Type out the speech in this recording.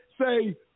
say